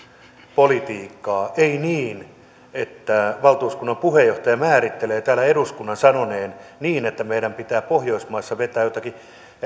politiikkaa ei niin että valtuuskunnan puheenjohtaja määrittelee täällä eduskunnan sanoneen niin että meidän pitää pohjoismaissa vetää jotakin